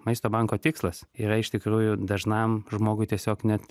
maisto banko tikslas yra iš tikrųjų dažnam žmogui tiesiog net